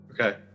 Okay